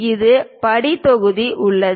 ஒரு படி தொகுதி உள்ளது